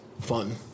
fun